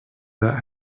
that